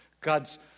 God's